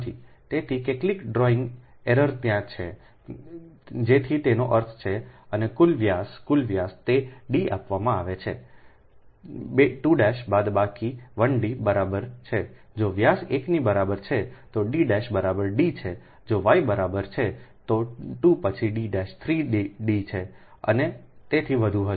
તેથી કેટલીક drawing error ત્યાં છે જેથી તેનો અર્થ છે અને કુલ વ્યાસ કુલ વ્યાસ તે d આપવામાં આવે છે 2 બાદબાકી 1 d બરાબર છે જો વાય 1 ની બરાબર છે તો ડી બરાબર d છે જો y બરાબર છે થી 2 પછી d 3 d અને તેથી વધુ હશે